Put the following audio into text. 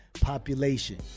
population